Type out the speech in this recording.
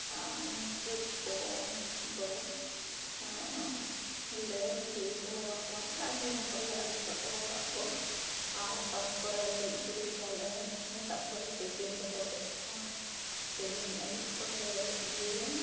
ᱟᱨ ᱩᱱᱠᱩ ᱠᱚ ᱫᱚ ᱟᱞᱮ ᱞᱟᱹᱭ ᱫᱚᱦᱚᱟᱠᱚᱣᱟ ᱥᱮᱞᱮ ᱟᱹᱜᱩ ᱦᱚᱸ ᱠᱚᱞᱮ ᱟᱹᱜᱩ ᱠᱟᱠᱚᱣᱟ ᱚᱲᱟᱜ ᱠᱚ ᱟᱨ ᱛᱟᱨᱯᱚᱨᱮ ᱜᱮᱡ ᱜᱩᱨᱤᱡᱟᱞᱮ ᱫᱟᱜ ᱠᱚᱞᱮ ᱛᱮᱠᱮ ᱥᱚᱵᱚᱜᱚᱜ ᱠᱷᱟᱱ ᱛᱮᱦᱮᱧ ᱫᱚᱞᱮ ᱤᱭᱟᱹᱭᱟ